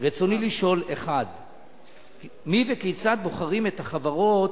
רצוני לשאול: 1. מי וכיצד בוחרים את החברות